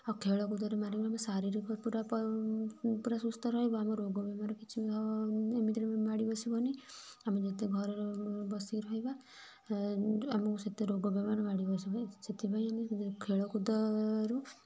ଆଉ ଖେଳ କୁଦରେ ଆମେ ଶାରୀରିକ ପୁରା ପ ପୁରା ସୁସ୍ଥ ରହିବ ଆମ ରୋଗ ବେମାର କିଛି ହ ଏମିତିରେ ବି ମାଡ଼ି ବସିବନି ଆମେ ଯେତେ ଘରେ ବସିକି ରହିବା ଆମୁକୁ ସେତେ ରୋଗ ବେମାର ମାଡ଼ି ବସିବ ସେଥିପାଇଁ ଆମେ ଖେଳ କୁଦରୁ